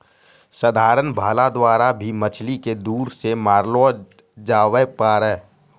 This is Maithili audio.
साधारण भाला द्वारा भी मछली के दूर से मारलो जावै पारै